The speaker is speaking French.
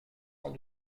sans